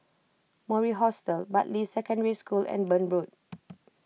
Mori Hostel Bartley Secondary School and Burn Road